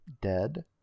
dead